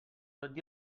tot